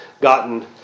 gotten